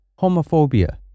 homophobia